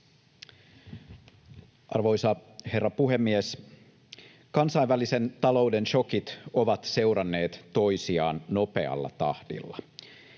Arvoisa herra puhemies! Kansainvälisen talouden šokit ovat seuranneet toisiaan nopealla tahdilla.